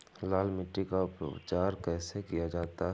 लाल मिट्टी का उपचार कैसे किया जाता है?